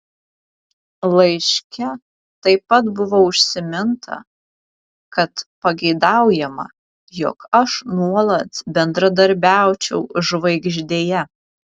laiške taip pat buvo užsiminta kad pageidaujama jog aš nuolat bendradarbiaučiau žvaigždėje